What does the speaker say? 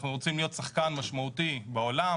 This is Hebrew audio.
אנחנו רוצים להיות שחקן משמעותי בעולם,